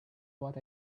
what